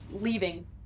leaving